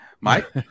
Mike